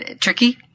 tricky